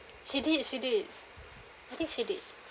she did she did I think she did